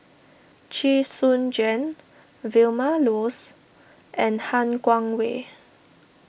Chee Soon Juan Vilma Laus and Han Guangwei